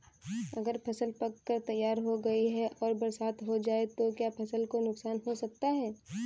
अगर फसल पक कर तैयार हो गई है और बरसात हो जाए तो क्या फसल को नुकसान हो सकता है?